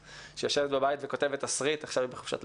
שיושבת בבית וכותבת תסריט עכשיו היא בחופשת לידה,